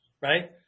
right